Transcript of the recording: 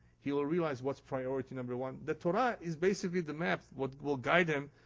he will realize what's priority number one. the torah is basically the map, what will guide him,